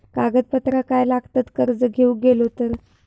कागदपत्रा काय लागतत कर्ज घेऊक गेलो तर?